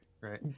right